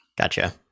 Gotcha